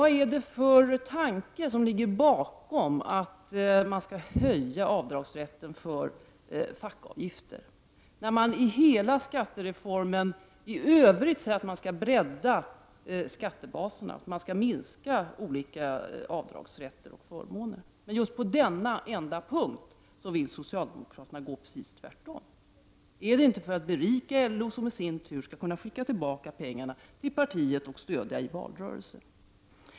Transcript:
Vad är det t.ex. för tanke som ligger bakom förslaget att höja avdragsrätten för fackavgifter, när man i hela skattereformen i övrigt försöker bredda skattebasen, dvs. minska avdragsrätter och förmåner? Just på denna punkt vill socialdemokraterna gå i motsatt riktning — är det inte för att berika LO, som i sin tur skall kunna skicka tillbaka pengarna till partiet och därmed stödja det i valrörelsen?